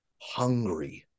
hungry